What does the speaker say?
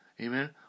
Amen